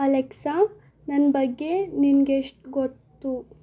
Alexa ನನ್ನ ಬಗ್ಗೆ ನಿನ್ಗೆಷ್ಟು ಗೊತ್ತು